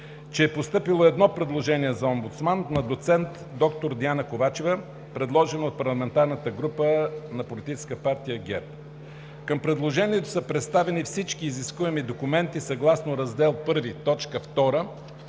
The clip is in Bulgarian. че е постъпило едно предложение за омбудсман – на доцент доктор Диана Ковачева, предложена от парламентарната група на Политическа партия ГЕРБ. Към предложението са представени всички изискуеми документи съгласно Раздел I,